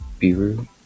biru